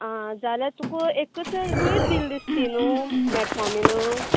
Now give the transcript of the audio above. आं जाल्यार तुका एकच गुळीच दिल्या दिसता ती न्हू मेटोफोर्मीन